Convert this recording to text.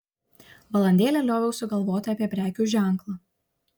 valandėlę lioviausi galvoti apie prekių ženklą